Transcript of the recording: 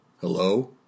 hello